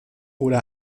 oder